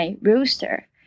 rooster